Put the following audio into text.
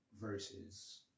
versus